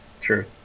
True